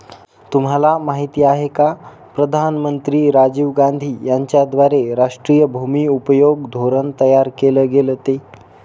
तुम्हाला माहिती आहे का प्रधानमंत्री राजीव गांधी यांच्याद्वारे राष्ट्रीय भूमि उपयोग धोरण तयार केल गेलं ते?